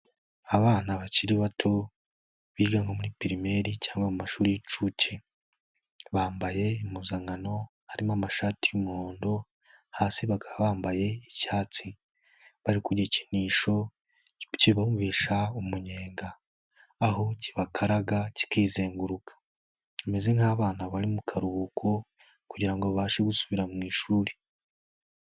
Abana bakiri bato biga muri pirimeri cyangwa mu mashuri y'incuke, bambaye impuzankano, harimo amashati y'umuhondo, hasi bakaba bambaye icyatsi, bari ku gikinisho kibumvisha umunyenga, aho kibakaraga kizenguruka, bimeze nk'abana bari mu karuhuko, kugira ngo babashe gusubira mu ishuri.